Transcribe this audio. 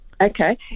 Okay